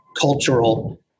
cultural